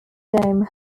dame